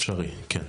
אפשרי, כן.